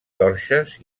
torxes